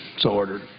so ordered.